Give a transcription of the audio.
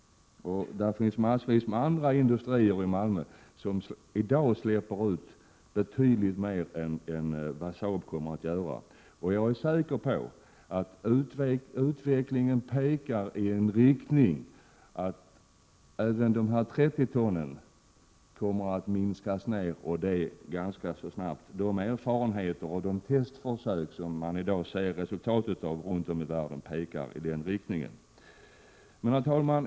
Det finns i dag mängder av industrier i Malmö som släpper ut betydligt mer än vad Saab kommer att göra, och jag är säker på att utvecklingen går i riktning mot att utsläppen kommer att minskas så, att de ganska snabbt understiger 30 ton. De erfarenheter som gjorts och de testförsök som man i dag ser resultatet av pekar i den riktningen. Herr talman!